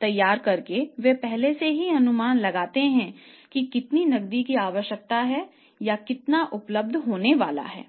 तैयार करके वे पहले से अनुमान लगाते हैं कि कितनी नकदी की आवश्यकता है और कितना उपलब्ध होने वाला है